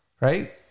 right